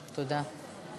תודה.